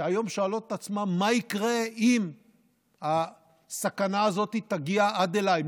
שהיום שואלות את עצמן: מה יקרה אם הסכנה הזאת תגיע עד אליי?